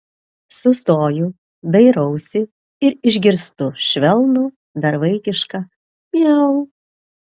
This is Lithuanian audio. sustoju dairausi ir išgirstu švelnų dar vaikišką miau